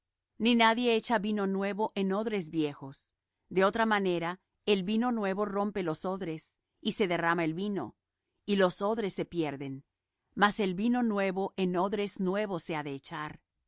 ni nadie echa vino nuevo en odres viejos de otra manera el vino nuevo rompe los odres y se derrama el vino y los odres se pierden mas el vino nuevo en odres nuevos se ha de echar